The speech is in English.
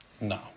No